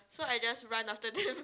so I just run after them